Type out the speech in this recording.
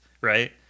right